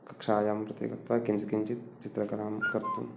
कक्षायां कृते गत्वा किञ्चित् किञ्चित् चित्रकलां कर्तुं